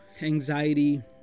anxiety